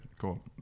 cool